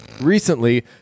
Recently